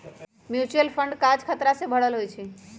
mutual fund काज़ खतरा से भरल होइ छइ